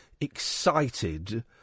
excited